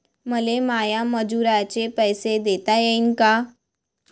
मले माया मजुराचे पैसे देता येईन का?